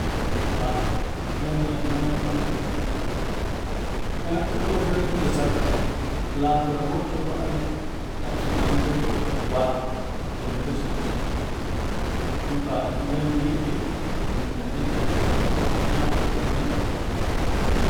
yangiya mooi mona ana ipu dookrə esak latər wo'oti gwa'al tamsetan zok rekaro gwa dəna kristmassəndə noka yangi ipe tumdanettat naa bo'ra nettat